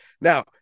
now